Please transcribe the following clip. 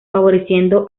favoreciendo